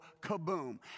kaboom